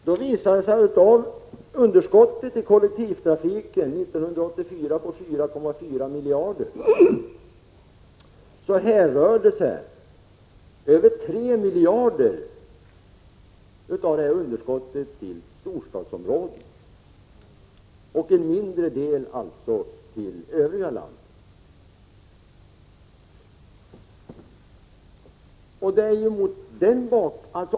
Det visar sig att av underskottet i kollektivtrafiken 1984 på 4,4 miljarder hänförde sig över 3 miljarder till storstadsområdena och alltså en mindre del till övriga landet.